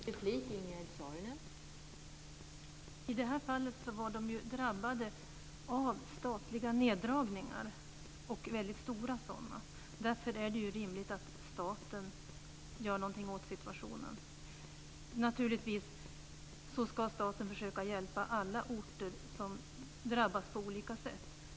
Fru talman! I det här fallet var de drabbade av statliga neddragningar, och väldigt stora sådana. Därför är det rimligt att staten gör någonting åt situationen. Naturligtvis ska staten försöka att hjälpa alla orter som drabbas på olika sätt.